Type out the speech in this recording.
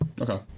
Okay